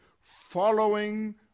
following